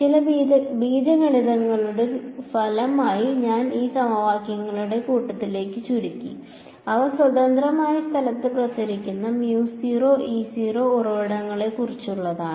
ചില ബീജഗണിതങ്ങളുടെ ഫലമായി ഞാൻ ഈ സമവാക്യങ്ങളുടെ കൂട്ടത്തിലേക്ക് ചുരുങ്ങി അവ സ്വതന്ത്രമായ സ്ഥലത്ത് പ്രസരിക്കുന്ന ഉറവിടങ്ങളെക്കുറിച്ചുള്ളതാണ്